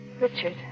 Richard